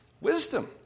wisdom